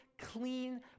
clean